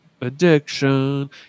Addiction